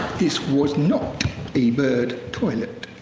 this was not a bird toilet.